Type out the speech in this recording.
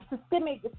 systemic